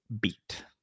beat